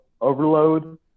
overload